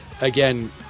again